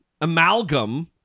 amalgam